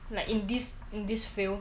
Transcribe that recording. like in this in this field